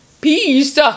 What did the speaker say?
Peace